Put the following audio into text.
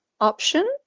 option